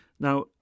Now